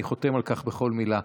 אני חותם על כך בכל מילה.